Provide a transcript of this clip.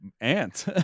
aunt